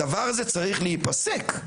הדבר הזה צריך להיפסק.